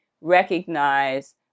recognize